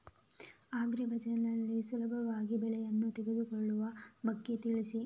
agri ಬಜಾರ್ ನಲ್ಲಿ ಸುಲಭದಲ್ಲಿ ಬೆಳೆಗಳನ್ನು ತೆಗೆದುಕೊಳ್ಳುವ ಬಗ್ಗೆ ತಿಳಿಸಿ